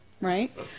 Right